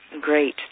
Great